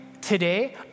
today